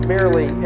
merely